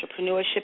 entrepreneurship